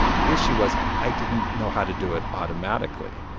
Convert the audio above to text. the issue was i didn't know how to do it automatically,